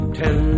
ten